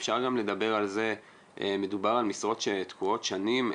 מדובר על משרות שתקועות שנים.